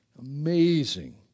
Amazing